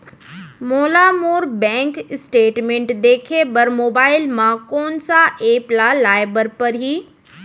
मोला मोर bank statement देखे बर मोबाइल मा कोन सा एप ला लाए बर परही?